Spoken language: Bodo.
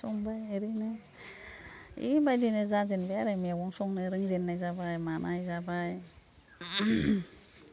संबाय ओरैनो बेबायदिनो जाजेनबाय आरो मैगं संनो रोंजेन्नाय जाबाय मानाय जाबाय